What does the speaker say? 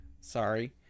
sorry